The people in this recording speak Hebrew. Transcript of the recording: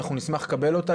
אנחנו נשמח לקבל אותה,